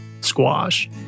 squash